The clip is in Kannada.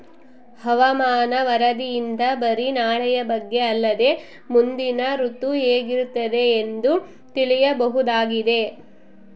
ಹವಾಮಾನ ವರದಿಯಿಂದ ಬರಿ ನಾಳೆಯ ಬಗ್ಗೆ ಅಲ್ಲದೆ ಮುಂದಿನ ಋತು ಹೇಗಿರುತ್ತದೆಯೆಂದು ತಿಳಿಯಬಹುದಾಗಿದೆ